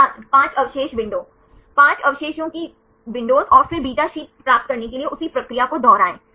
छात्र 5 अवशेष विंडो पांच अवशेषों की खिड़कियां और फिर beta शीट प्राप्त करने के लिए उसी प्रक्रिया को दोहराएं